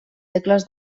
tecles